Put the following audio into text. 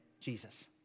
Jesus